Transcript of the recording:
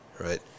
right